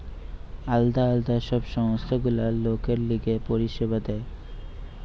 আলদা আলদা সব সংস্থা গুলা লোকের লিগে পরিষেবা দেয়